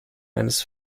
eines